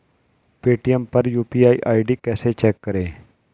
Paytm पर UPI ID कैसे check करें?